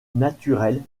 naturelle